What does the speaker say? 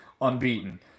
unbeaten